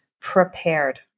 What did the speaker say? prepared